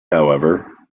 however